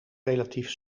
relatief